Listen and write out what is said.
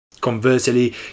Conversely